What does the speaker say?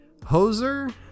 Hoser